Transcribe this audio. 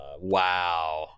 Wow